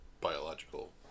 biological